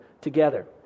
together